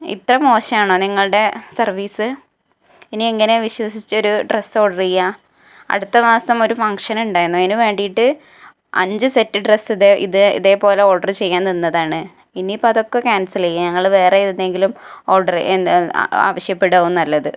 ഇത്ര മോശമാണോ നിങ്ങളുടെ സർവീസ് ഇനി എങ്ങനെയാനണ് വിശ്വസിച്ച് ഒരു ഡ്രസ്സ് ഓർഡർ ചെയ്യുക അടുത്ത മാസം ഒരു ഫംഗ്ഷൻ ഉണ്ടേനു അതിന് വേണ്ടിയിട്ട് അഞ്ച് സെറ്റ് ഡ്രസ്സ് ഇതേ പോലെ ഓർഡറ് ചെയ്യാൻ നിന്നതാണ് ഇനി ഇപ്പോൾ അതൊക്കെ ക്യാൻസൽ ചെയ്യാം ഞങ്ങൾ വേറെ എവിടെ നിന്നെങ്കിലും ഓർഡറ് എന്ത് അവശ്യപ്പെടുക ആവും നല്ലത്